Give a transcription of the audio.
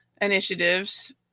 initiatives